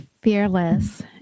fearless